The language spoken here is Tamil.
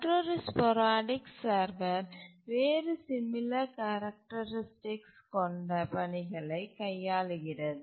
மற்றொரு பீரியாடிக் சர்வர் வேறு சிமிளர் கேரக்டரிஸ்டிக்ஸ் கொண்ட பணிகளைக் கையாளுகிறது